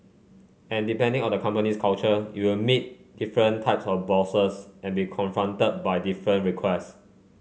and depending on a company's culture you will meet different types of bosses and be confronted by different requests